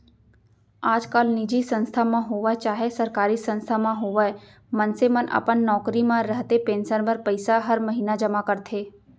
आजकाल निजी संस्था म होवय चाहे सरकारी संस्था म होवय मनसे मन अपन नौकरी म रहते पेंसन बर पइसा हर महिना जमा करथे